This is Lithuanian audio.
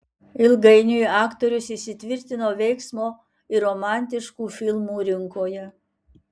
ilgainiui aktorius įsitvirtino veiksmo ir romantiškų filmų rinkoje